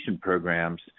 programs